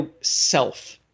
self